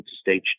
stage